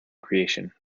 creation